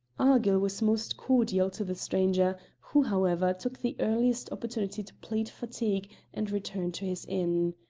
argyll was most cordial to the stranger, who, however, took the earliest opportunity to plead fatigue and return to his inn.